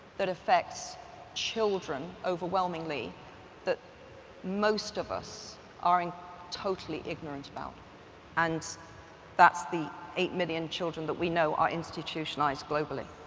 that affects children overwhelmingly that most of us are in totally ignorant about and that's the eight million children that we know are institutionalized globally.